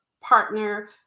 partner